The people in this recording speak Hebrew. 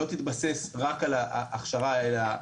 לא תתבסס רק על ההכשרה אלא,